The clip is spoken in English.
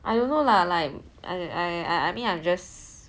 I don't know lah like I I mean I'm just